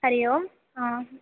हरिः ओम् आम्